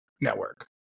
network